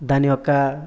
దాని యొక్క